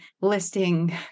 listing